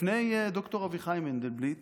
לפני ד"ר אביחי מנדלבליט